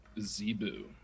Zebu